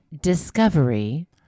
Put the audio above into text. Discovery